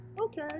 Okay